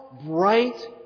bright